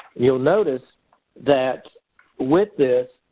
you'll notice that with this,